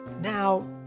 now